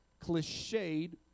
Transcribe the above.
cliched